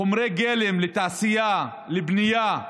חומרי גלם לתעשייה, לבנייה,